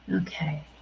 Okay